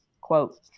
quote